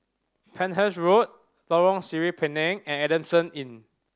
Penhas Road Lorong Sireh Pinang and Adamson Inn